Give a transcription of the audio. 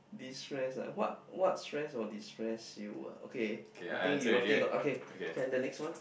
destress ah what what stress oh destress you ah okay I think you after you got okay can the next one